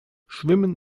schwimmen